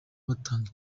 batanga